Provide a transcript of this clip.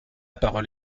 parole